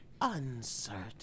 Uncertain